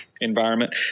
environment